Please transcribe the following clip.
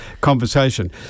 conversation